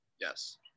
Yes